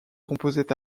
composait